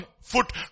foot